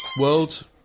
world